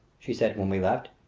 she said when we left,